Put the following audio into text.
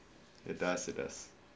it does it does